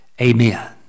Amen